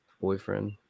boyfriend